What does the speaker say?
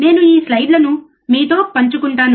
నేను ఈ స్లైడ్లను మీతో పంచుకుంటాను